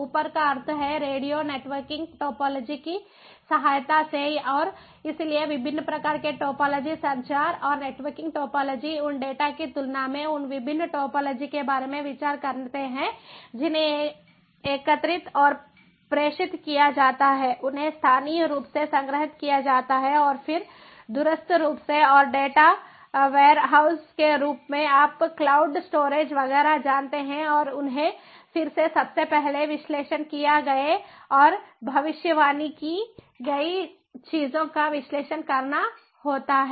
ऊपर का अर्थ है रेडियो नेटवर्किंग टोपोलॉजी की सहायता से और इसलिए विभिन्न प्रकार के टोपोलॉजी संचार और नेटवर्किंग टोपोलॉजी उन डेटा की तुलना में उन विभिन्न टोपोलॉजी के बारे में विचार करते हैं जिन्हें एकत्रित और प्रेषित किया जाता है उन्हें स्थानीय रूप से संग्रहीत किया जाता है और फिर दूरस्थ रूप से और डेटा वेयरहाउस के रूप में आप क्लाउड स्टोरेज वगैरह जानते हैं और उन्हें फिर से सबसे पहले विश्लेषण किए गए और भविष्यवाणी की गई चीजों का विश्लेषण करना होता है